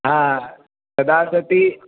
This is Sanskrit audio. तथा सति